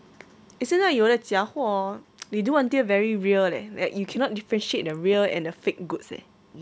现在有的假货 hor they do until very real leh like you cannot differentiate the real and the fake goods eh